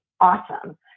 awesome